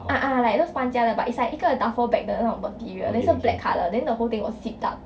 啊啊 like those 搬家的 but it's like 那个 duffel bag 的那种 material then 是 black colour then the whole thing was zipped up